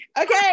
Okay